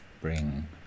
bring